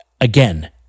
Again